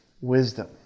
wisdom